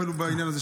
בעניין הזה,